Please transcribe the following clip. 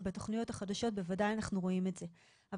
ובתכניות החדשות בוודאי אנחנו רואים את זה אבל